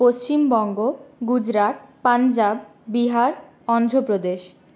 Paschimbanga Gujarat Punjab Bihar Andhra Pradesh